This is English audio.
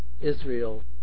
Israel